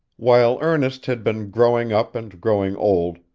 while ernest had been growing up and growing old,